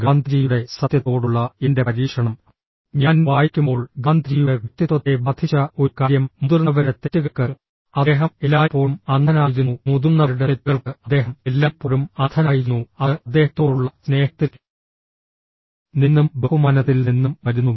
ഗാന്ധിജിയുടെ സത്യത്തോടുള്ള എന്റെ പരീക്ഷണം ഞാൻ വായിക്കുമ്പോൾ ഗാന്ധിജിയുടെ വ്യക്തിത്വത്തെ ബാധിച്ച ഒരു കാര്യം മുതിർന്നവരുടെ തെറ്റുകൾക്ക് അദ്ദേഹം എല്ലായ്പ്പോഴും അന്ധനായിരുന്നു മുതിർന്നവരുടെ തെറ്റുകൾക്ക് അദ്ദേഹം എല്ലായ്പ്പോഴും അന്ധനായിരുന്നു അത് അദ്ദേഹത്തോടുള്ള സ്നേഹത്തിൽ നിന്നും ബഹുമാനത്തിൽ നിന്നും വരുന്നു